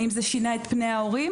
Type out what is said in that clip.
האם זה שינה את פני ההורים?